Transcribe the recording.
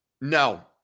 no